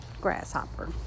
grasshopper